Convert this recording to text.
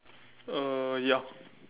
uh ya